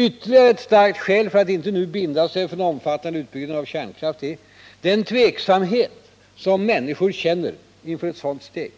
Ytterligare ett starkt skäl för att inte nu binda sig för en omfattande utbyggnad av kärnkraft är den tveksamhet som människor känner inför ett sådant steg.